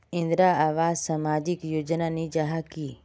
इंदरावास सामाजिक योजना नी जाहा की?